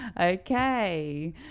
Okay